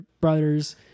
brothers